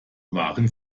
waren